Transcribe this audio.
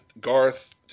Garth